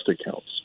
accounts